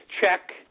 check